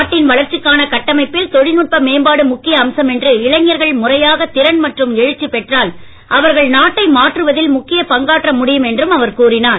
நாட்டின் வளர்ச்சிக்கான கட்டமைப்பில் தொழில்நுட்ப மேம்பாடு முக்கிய அம்சம் என்று இளைஞர்கள் முறையாக திறன் மற்றும் எழுச்சி பெற்றால் அவர்கள் நாட்டை மாற்றுவதில் முக்கிய பங்காற்ற முடியும் என்றும் அவர் கூறினார்